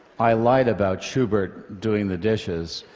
i lied about schubert doing the dishes,